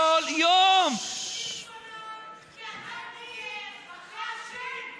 כל יום, אבל אתה אומר שאולי הם מרצונם.